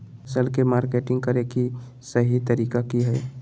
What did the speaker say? फसल के मार्केटिंग करें कि सही तरीका की हय?